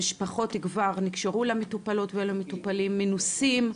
המשפחות כבר נקשרו למטפלות ולמטפלים, הם מנוסים,